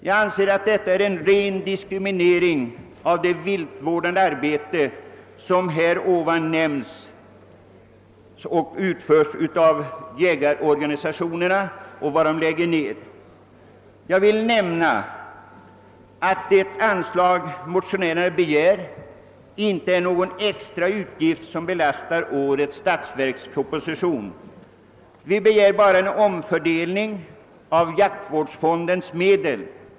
Jag anser att detta är en ren diskriminering av det viltvårdande arbete som den tidigare nämnda jägarorganisationen lägger ned. Jag vill omnämna att det anslag motionärerna begär inte innebär någon merbelastning på årets statsverksproposition. Vi begär bara en omfördelning av jaktvårdsfondens medel.